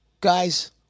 Guys